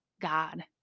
God